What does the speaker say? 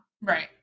right